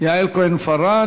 יעל כהן-פארן.